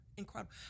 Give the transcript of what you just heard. incredible